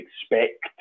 expect